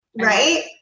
right